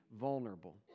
vulnerable